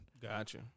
Gotcha